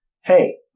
hey